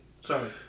Sorry